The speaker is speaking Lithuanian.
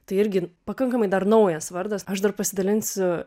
tai irgi pakankamai dar naujas vardas aš dar pasidalinsiu